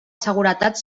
seguretat